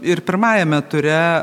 ir pirmajame ture